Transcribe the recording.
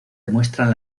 demuestran